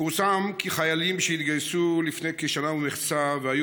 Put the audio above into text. פורסם כי חיילים שהתגייסו לפני כשנה ומחצה והיו